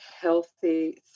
healthy